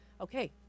Okay